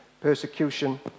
persecution